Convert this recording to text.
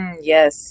Yes